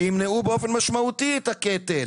שימנעו באופן משמעותי את הקטל,